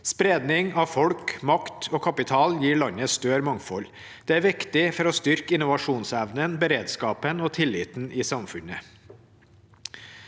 for framtida 2023 gir landet større mangfold. Det er viktig for å styrke innovasjonsevnen, beredskapen og tilliten i samfunnet.